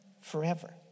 forever